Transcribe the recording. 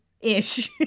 Ish